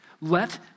Let